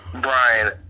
Brian